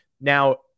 Now